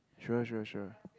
sure sure sure